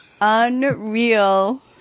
Unreal